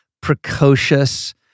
precocious